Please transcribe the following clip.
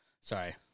Sorry